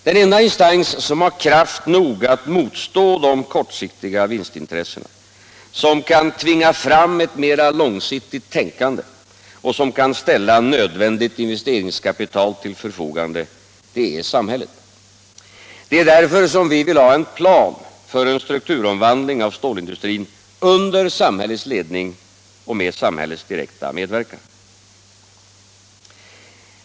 Den enda instans som har kraft nog att motstå de kortsiktiga vinstintressena, som kan tvinga fram ett mera långsiktigt tänkande och som kan ställa nödvändigt investeringskapital till förfogande är samhället. Det är därför som vi vill ha en plan för en strukturomvandling av stålindustrin under samhällets ledning och direkta medverkan.